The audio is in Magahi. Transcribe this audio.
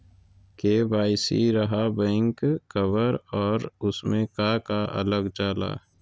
के.वाई.सी रहा बैक कवर और उसमें का का लागल जाला?